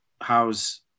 how's